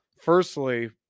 Firstly